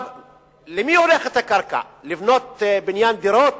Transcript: למי הולכת הקרקע, לבנות בניין דירות